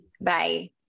bye